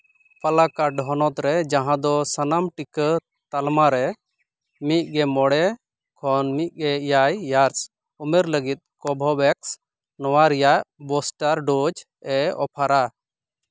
ᱯᱟᱞᱟᱠᱟᱰ ᱦᱚᱱᱚᱛ ᱨᱮ ᱡᱟᱦᱟᱸ ᱫᱚ ᱥᱟᱱᱟᱢ ᱴᱤᱠᱟᱹ ᱛᱟᱞᱢᱟ ᱨᱮ ᱢᱤᱫᱜᱮ ᱢᱚᱬᱮ ᱠᱷᱚᱱ ᱢᱤᱫ ᱜᱮ ᱮᱭᱟᱭ ᱤᱭᱟᱨᱥ ᱩᱢᱮᱨ ᱞᱟᱹᱜᱤᱫ ᱠᱚᱵᱷᱳᱵᱷᱮᱠᱥ ᱱᱚᱣᱟ ᱨᱮᱭᱟᱜ ᱵᱳᱥᱴᱟᱨ ᱰᱳᱡᱽ ᱮ ᱚᱯᱷᱟᱨᱟ